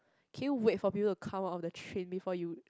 can you wait for people to come out of the train before you